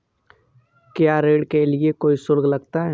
क्या ऋण के लिए कोई शुल्क लगता है?